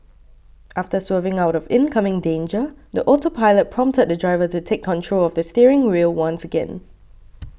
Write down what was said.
after swerving out of incoming danger the autopilot prompted the driver to take control of the steering wheel once again